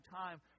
time